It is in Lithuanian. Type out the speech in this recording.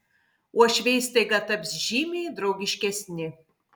uošviai staiga taps žymiai draugiškesni